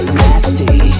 nasty